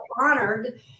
honored